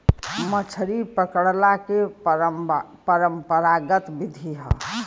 मछरी पकड़ला के परंपरागत विधि हौ